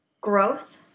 Growth